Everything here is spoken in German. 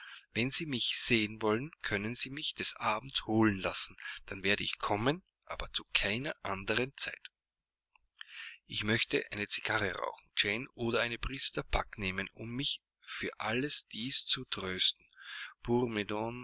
wenn sie mich sehen wollen können sie mich des abends holen lassen dann werde ich kommen aber zu keiner andern zeit ich möchte eine cigarre rauchen jane oder eine prise tabak nehmen um mich für alles dies zu trösten